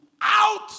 out